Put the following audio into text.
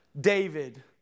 David